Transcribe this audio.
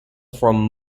from